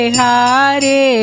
Hare